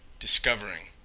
discovering,